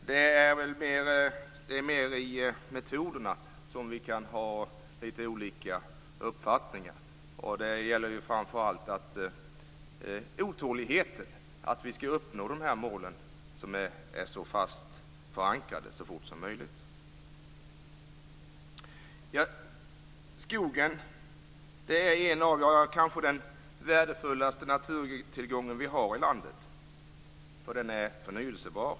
Det är mera beträffande metoderna som vi kan ha litet olika uppfattningar. Det gäller då framför allt otåligheten när det gäller att så fort som möjligt uppnå de här målen, som ju är fast förankrade. Skogen är en av de värdefullaste naturtillgångarna som vi har i det här landet, ja, kanske den värdefullaste, för skogen är förnybar.